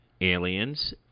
Aliens